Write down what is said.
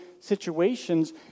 situations